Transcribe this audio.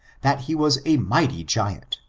that he was a mighty giant,